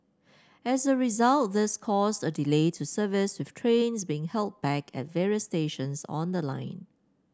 as a result this caused a delay to service with trains being held back at various stations on the line